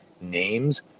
names